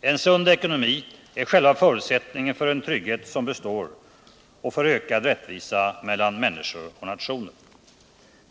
En sund ekonomi är själva förutsättningen för en trygghet som består och för ökad rättvisa mellan människor och nationer.